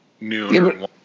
noon